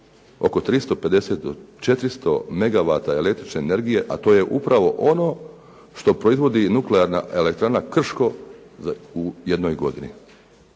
oko 350 do 400 megawata električne energije, a to je upravo ono što proizvodi nuklearna elektrana "Krško" u jednoj godini.